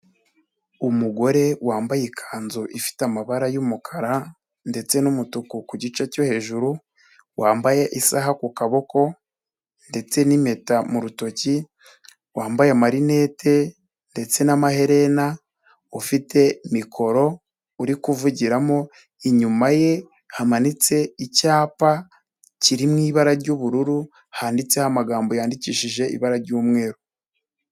Umugore wambaye ikanzu ifite amabara y'umukara ndetse n'umutuku ku gice cyo hejuru. Wambaye isaha ku kaboko ndetse n'impeta mu rutoki, wambaye amarinete ndetse n'amaherena. Ufite mikoro uri kuvugiramo. Inyuma ye hamanitse icyapa kiri mu ibara ry'ubururu handitseho amagambo yandikishije ibara ry'umweru.